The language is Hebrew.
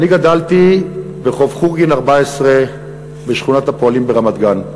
אני גדלתי ברחוב חורגין 14 בשכונת הפועלים ברמת-גן,